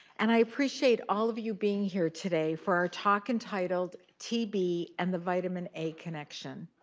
and i appreciate all of you being here today for our talk entitled tb and the vitamin a connection.